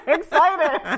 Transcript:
excited